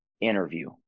interview